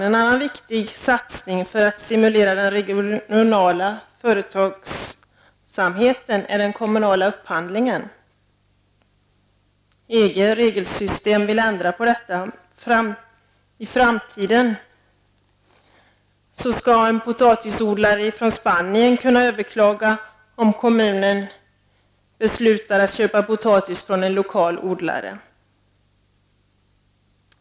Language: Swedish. En annan viktig satsning för att stimulera den regionala företagsamheten är den kommunala upphandlingen. EG vill ändra på detta. I framtiden skall en potatisodlare i Spanien kunna överklaga om kommunen beslutar att köpa potatis från en lokal odlare.